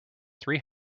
three